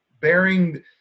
bearing